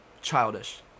Childish